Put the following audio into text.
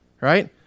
right